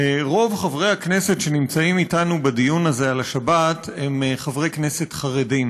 רוב חברי הכנסת שנמצאים איתנו בדיון הזה על השבת הם חברי כנסת חרדים,